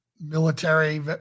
military